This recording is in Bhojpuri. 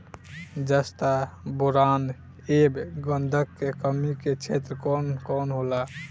जस्ता बोरान ऐब गंधक के कमी के क्षेत्र कौन कौनहोला?